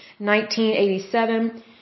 1987